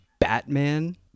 Batman